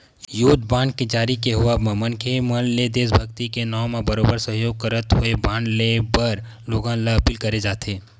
युद्ध बांड के जारी के होवब म मनखे मन ले देसभक्ति के नांव म बरोबर सहयोग करत होय बांड लेय बर लोगन ल अपील करे जाथे